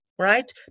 Right